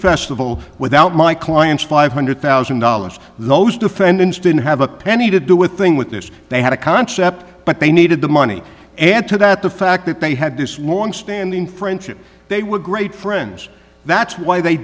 festival without my clients five hundred thousand dollars those defendants didn't have a penny to do with thing with this they had a concept but they needed the money and to that the fact that they had this long standing friendship they were great friends that's why